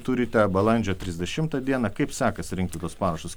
turite balandžio trisdešimtą dieną kaip sekasi rinkti tuos parašus